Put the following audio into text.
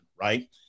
right